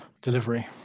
delivery